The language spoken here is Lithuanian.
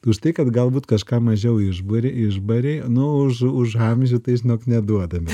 už tai kad galbūt kažką mažiau išburi išbarei nu už už amžių tai žinok neduodami